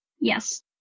Yes